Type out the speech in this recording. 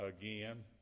again